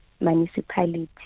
municipality